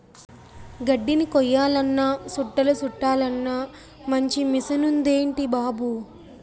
గడ్దిని కొయ్యాలన్నా సుట్టలు సుట్టలన్నా మంచి మిసనుందేటి బాబూ